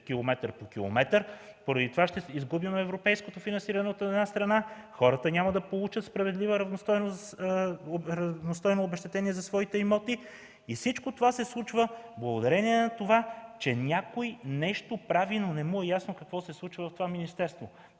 километър по километър и за това ще изгубим европейското финансиране, хората няма да получат справедливо равностойно обезщетение за своите имоти и всичко се случва благодарение на това, че някой нещо прави, но не му е ясно какво се случва в това министерство.